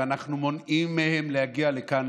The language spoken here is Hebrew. אנחנו מונעים מהם להגיע לכאן,